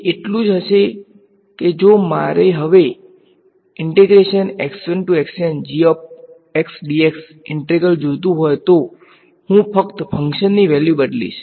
તે એટલું જ હશે કે જો મારે હવે ઇન્ટિગ્રલ જોઈતું હોય તો હું ફક્ત ફંક્શનની વેલ્યુ બદલીશ